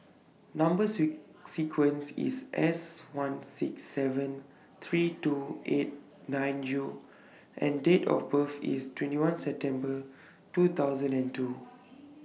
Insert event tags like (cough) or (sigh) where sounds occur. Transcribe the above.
Number (unintelligible) sequence IS S one six seven three two eight nine U and Date of birth IS twenty one September two thousand and two